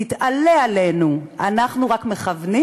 תתעלה עלינו, אנחנו רק מכוונים